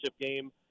game